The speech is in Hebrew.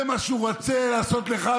זה מה שהוא רוצה לעשות לך,